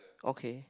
okay